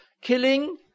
killing